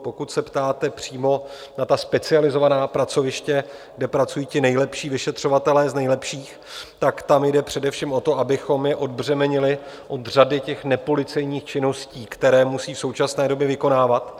Pokud se ptáte přímo na specializovaná pracoviště, kde pracují ti nejlepší vyšetřovatelé z nejlepších, tak tam jde především o to, abychom je odbřemenili od řady nepolicejních činností, které musí v současné době vykonávat.